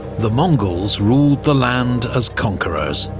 the mongols ruled the land as conquerors.